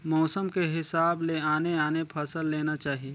मउसम के हिसाब ले आने आने फसल लेना चाही